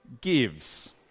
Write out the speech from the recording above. gives